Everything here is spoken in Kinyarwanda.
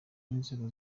inzego